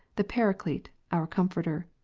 the paraclete, our comforter.